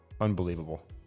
Unbelievable